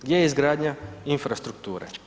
Gdje je izgradnja infrastrukture?